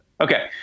Okay